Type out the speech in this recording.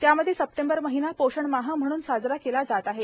त्यामध्ये सप्टेंबर महिना पोषण माह म्हणून साजरा केला जात आहे